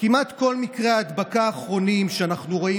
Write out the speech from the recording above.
כמעט כל מקרי ההדבקה האחרונים שאנחנו רואים